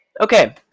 Okay